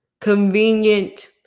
Convenient